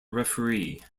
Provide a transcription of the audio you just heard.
referee